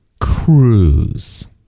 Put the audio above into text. cruise